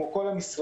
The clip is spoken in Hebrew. כמו כל המשרדים,